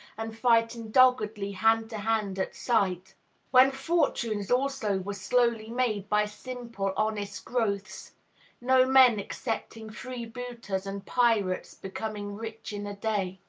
and fighting doggedly hand to hand at sight when fortunes also were slowly made by simple, honest growths no men excepting freebooters and pirates becoming rich in a day.